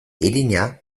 irina